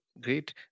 great